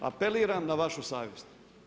Apeliram na vašu savjest.